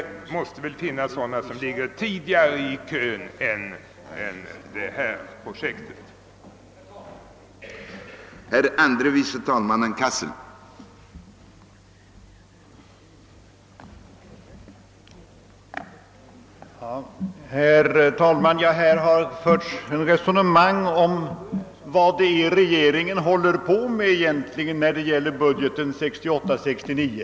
Jag skulle ge regeringen en honnör, om det är sant vad som har sagts i pressen att det pågår ett sådant arbete.